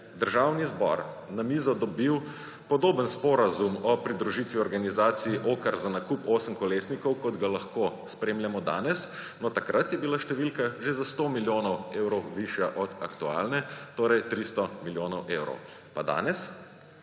Državni zbor na mizo dobil podoben sporazum o pridružitvi organizaciji OCCAR za nakup osemkolesnikov, kot ga lahko spremljamo danes. No, takrat je bila številka že za sto milijonov evrov višja od aktualne, torej 300 milijonov evrov. Pa danes?